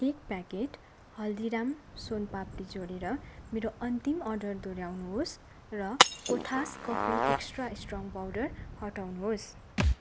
एक प्याकेट हल्दीराम सोन पापडी जोडेर मेरो अन्तिम अर्डर दोहोऱ्याउनुहोस् र कोथास कफी एक्स्ट्रा स्ट्रङ पाउडर हटाउनुहोस